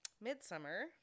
Midsummer